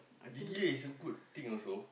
D_J is a good thing also